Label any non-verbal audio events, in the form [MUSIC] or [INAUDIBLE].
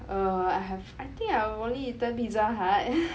err I have I think I have only eaten Pizza Hut [LAUGHS]